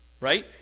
right